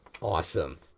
Awesome